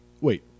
Wait